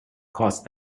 cause